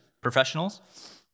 professionals